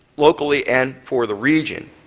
locally and for the region,